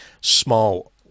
small